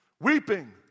Weeping